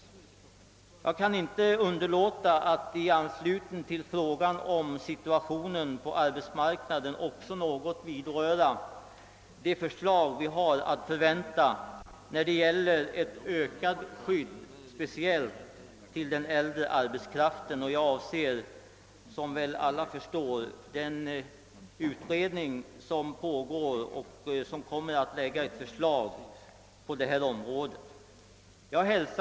Jag kan inte underlåta att i anslutning till frågan om situationen på arbetsmarknaden också något vidröra de förslag vi har att förvänta om ett ökat skydd speciellt för den äldre arbetskraften. Jag avser, som väl alla förstår, den utredning som pågår och som kommer att lägga fram ett förslag på detta område.